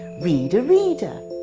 read a reader.